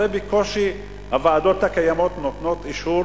הרי בקושי הוועדות הקיימות נותנות אישור